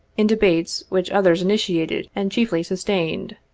in debates which others initiated and chiefly sustained.